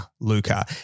Luca